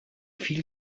viel